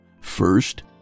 first